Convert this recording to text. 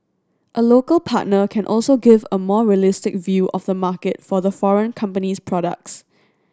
a local partner can also give a more realistic view of the market for the foreign company's products